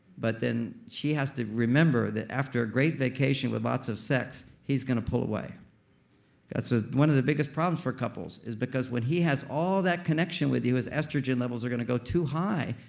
but then she has to remember that after a great vacation with lots of sex, he's gonna pull away that's ah one of the biggest problems for couples. is because when has all that connection with you, his estrogen levels are gonna go too high.